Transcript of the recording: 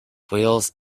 wheels